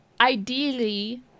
Ideally